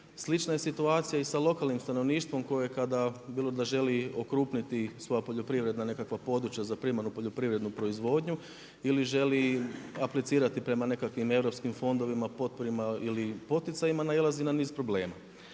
Slična je situacija i sa lokalnim stanovništvo koje kada bilo da želi okrupniti svoja poljoprivredna nekakva područja za primarnu poljoprivrednu proizvodnju ili želi aplicirati prema nekakvim europskim fondovima, potporama ili poticajima nailazi na niz problema.